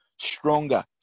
stronger